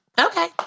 Okay